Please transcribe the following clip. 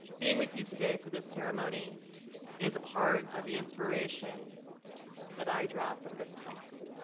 being with you today for this ceremony is a part of the inspiration that i draw from this place